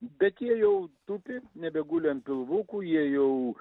bet jie jau tupi nebeguli ant pilvukų jie jau